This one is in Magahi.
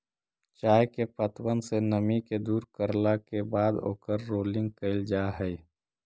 चाय के पत्तबन से नमी के दूर करला के बाद ओकर रोलिंग कयल जा हई